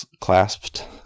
clasped